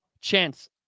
chance